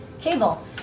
cable